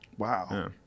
Wow